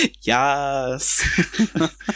Yes